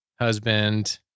husband